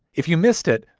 if you missed it,